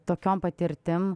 tokiom patirtim